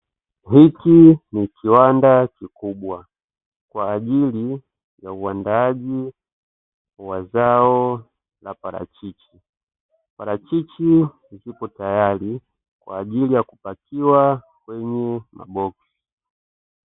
Hiki ni kiwanda kikubwa kwa ajili ya uandaaji wa zao la parachichi. Parachichi zipo tayari kwa ajili ya kupakiwa kwenye maboksi.